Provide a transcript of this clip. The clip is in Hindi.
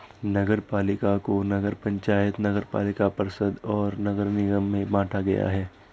नगरपालिका को नगर पंचायत, नगरपालिका परिषद और नगर निगम में बांटा गया है